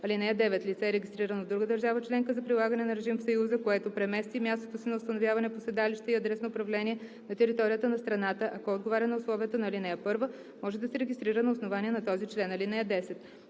(9) Лице, регистрирано в друга държава членка за прилагане на режим в Съюза, което премести мястото си на установяване по седалище и адрес на управление на територията на страната, ако отговаря на условията на ал. 1, може да се регистрира на основание на този член. (10)